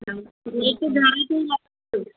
लेकिन व्हाइट ई रखजोसि